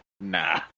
Nah